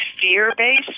fear-based